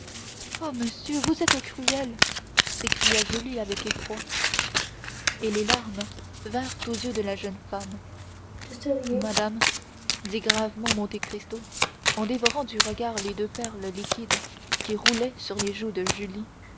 ah monsieur vous êtes cruel s'écria julie avec effroi et les larmes vinrent aux yeux de la jeune femme madame dit gravement monte cristo en dévorant du regard les deux perles liquides qui roulaient sur les joues de julie